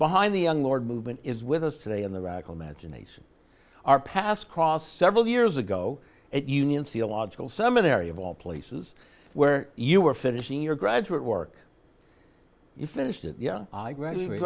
behind the young lord movement is with us today in the radical magination our past cross several years ago at union see a logical seminary of all places where you were finishing your graduate work you finished it yeah i graduate